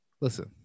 Listen